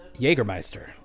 Jägermeister